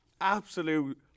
Absolute